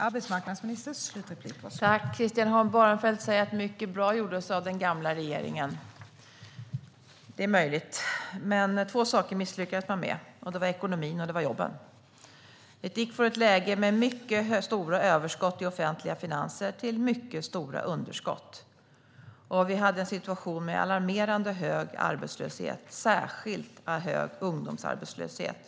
Fru talman! Christian Holm Barenfeld säger att den gamla regeringen gjorde mycket som var bra. Det är möjligt. Men två saker misslyckades man med: ekonomin och jobben. Man gick från mycket stora överskott i de offentliga finanserna till mycket stora underskott. Arbetslösheten var alarmerande hög, särskilt ungdomsarbetslösheten.